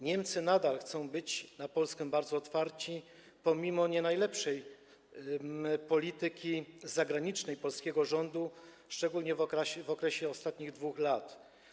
Niemcy nadal chcą być na Polskę bardzo otwarci pomimo nie najlepszej polityki zagranicznej polskiego rządu, szczególnie w okresie ostatnich 2 lat.